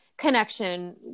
connection